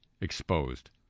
exposed